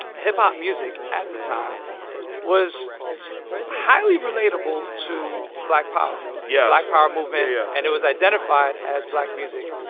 hip-hop music at the time was highly relatable to black power, yeah black power movement yeah and it was identified as black music.